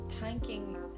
thanking